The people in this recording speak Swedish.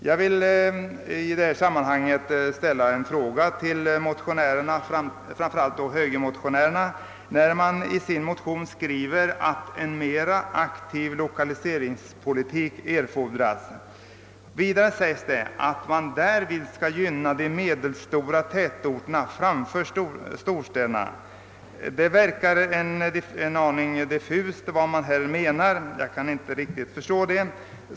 Jag vill i detta sammanhang ställa en fråga till högermotionärerna med anledning av att de i sin motion skriver att en mera aktiv lokaliseringspolitik erfordras och att man därvid skall gynna de medelstora tätorterna framför storstäderna. Det verkar en aning diffust vad som menas därmed; jag kan inte riktigt förstå det.